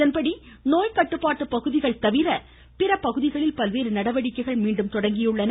இதன்படி நோய் கட்டுப்பாட்டு பகுதிகள் தவிர பிற பகுதிகளில் பல்வேறு நடவடிக்கைகள் மீண்டும் தொடங்கியுள்ளன